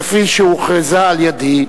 כפי שהוכרזה על-ידי.